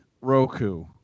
Roku